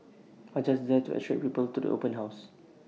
are just there to attract people to the open house